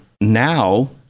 Now